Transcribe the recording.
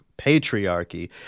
patriarchy